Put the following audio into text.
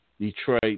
Detroit